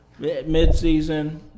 midseason